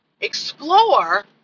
explore